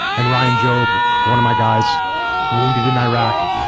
and ryan jobe, one of my guys wounded in iraq,